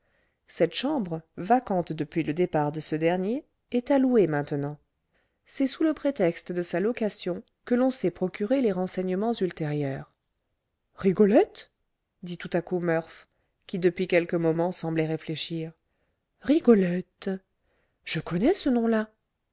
cette chambre vacante depuis le départ de ce dernier est à louer maintenant c'est sous le prétexte de sa location que l'on s'est procuré les renseignements ultérieurs rigolette dit tout à coup murph qui depuis quelques moments semblait réfléchir rigolette je connais ce nom-là